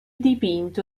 dipinto